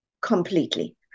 Completely